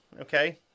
Okay